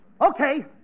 Okay